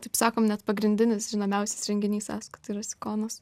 taip sakom net pagrindinis žinomiausias renginys asko tai yra sikonas